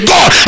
God